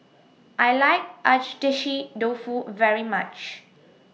I like Agedashi Dofu very much